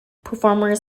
performers